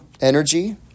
energy